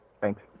Thanks